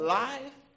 life